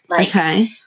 Okay